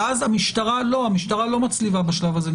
ואז המשטרה לא מצליבה נתונים בשלב הזה,